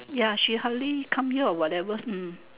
ya she hardly come here or whatever hmm